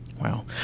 Wow